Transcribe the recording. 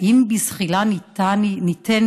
האם בזחילה ניתן